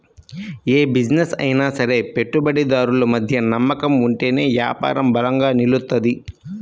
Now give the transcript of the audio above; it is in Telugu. యే బిజినెస్ అయినా సరే పెట్టుబడిదారులు మధ్య నమ్మకం ఉంటేనే యాపారం బలంగా నిలుత్తది